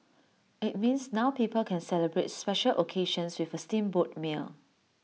IT means now people can celebrate special occasions with A steamboat meal